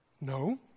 No